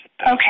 Okay